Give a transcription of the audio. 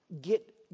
get